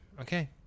okay